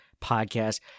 podcast